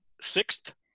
sixth